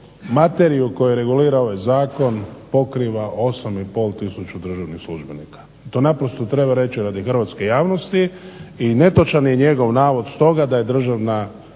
materiju koja regulira ovaj zakon pokriva 8,5 tisuća državnih službenika. To naprosto treba reći radi hrvatske javnosti i netočan je njegov navod stoga da je državna